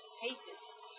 papists